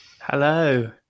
Hello